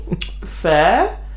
Fair